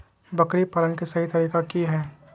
बकरी पालन के सही तरीका की हय?